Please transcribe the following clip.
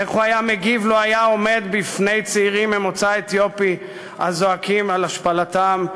איך הוא היה מגיב לו עמד בפני צעירים ממוצא אתיופי הזועקים על השפלתם?